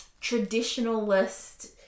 traditionalist